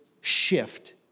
shift